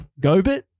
Gobit